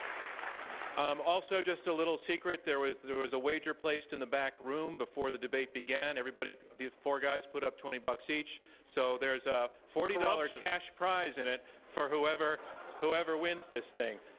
um also just a little secret. there was there was a wager placed in the back room before the debate began. everybody these four guys put up twenty bucks each. so there is a forty dollars cash prize in it for whoever whoever wins this thing.